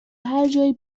هرجایی